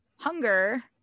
Hunger